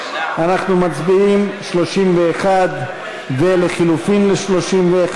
אנחנו מצביעים על 31 ועל לחלופין של 31,